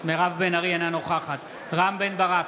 אינה נוכחת רם בן ברק,